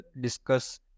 discuss